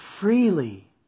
freely